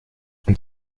und